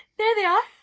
there they are.